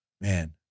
man